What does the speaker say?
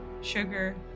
sugar